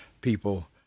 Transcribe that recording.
people